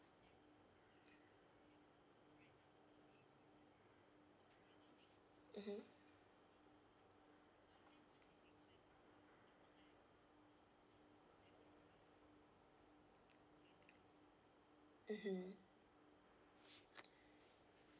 mmhmm mmhmm